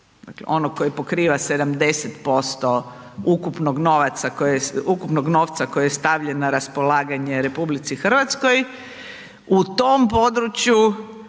onog koji pokriva 70% ukupnog novca koji je stavljen na raspolaganje RH u tom području